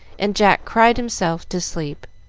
and jack cried himself to sleep,